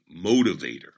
motivator